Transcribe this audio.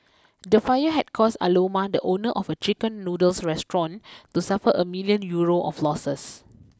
the fire had caused Aloma the owner of a Chicken Noodles restaurant to suffer a million Euro of losses